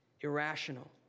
irrational